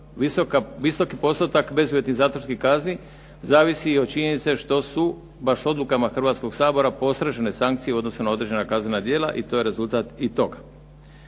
visoki postotak bezuvjetnih zatvorskih kazni zavisi i od činjenice što su baš odlukama Hrvatskog sabora postrožene sankcije u odnosu na određena kaznena djela i to je rezultat i toga.